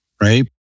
right